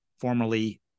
formerly